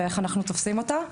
ואיך אנחנו תופסים אותה.